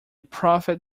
prophet